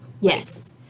Yes